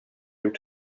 gjort